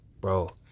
bro